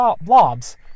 blobs